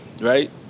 right